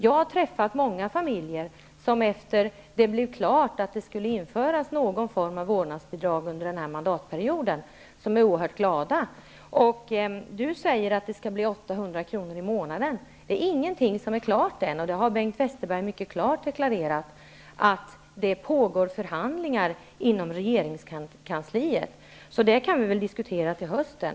Jag har träffat många familjer som blev oerhört glada när det blev klart att någon form av vårdnadsbidrag skulle införas under den här mandatperioden. Maj-Inger Klingvall säger att det skall bli fråga om 800 kr. i månaden. Men ingenting är färdigt än. Bengt Westerberg har mycket klart deklarerat att det pågår förhandlingar inom regeringskansliet. Så detta kan vi väl diskutera till hösten.